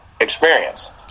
experience